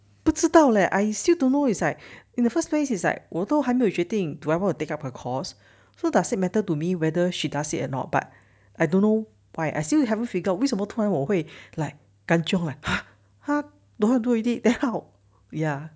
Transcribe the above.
不知道 leh I still don't know is like in the first place is like 我都还没有决定 do I wanna take up her course so does it matter to me whether she does it or not but I don't know why I still haven't figured 为什么突然我会 like 感觉会 !huh! 他 don't want to do already then how ya